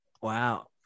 Wow